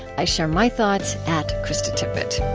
i share my thoughts at krista tippett